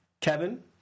kevin